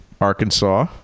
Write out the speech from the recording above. Arkansas